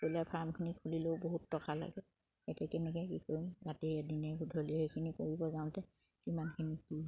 ফাৰ্মখিনি খুলিলেও বহুত টকা লাগে এতিয়া কেনেকে কি কৰিম ৰাতি